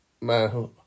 man